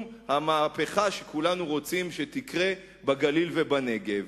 המהפכה שכולנו רוצים שתקרה בגליל ובנגב.